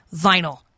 vinyl